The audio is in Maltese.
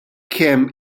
kemm